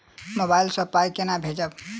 Mobile सँ पाई केना भेजब?